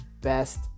best